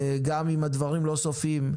גם אם הדברים לא סופיים.